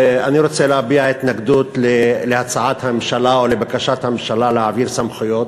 אני רוצה להביע התנגדות להצעת הממשלה או לבקשת הממשלה להעביר סמכויות.